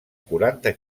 quaranta